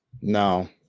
No